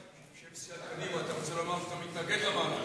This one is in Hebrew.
שבשם סיעת קדימה אתה רוצה לומר שאתה מתנגד למהלך